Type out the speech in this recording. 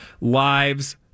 lives